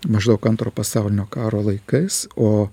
maždaug antro pasaulinio karo laikais o